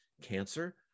cancer